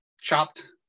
chopped